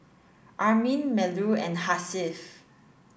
Amrin Melur and Hasif